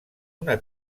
una